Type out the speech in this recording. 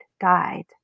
died